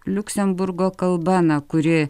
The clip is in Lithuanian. liuksemburgo kalba na kuri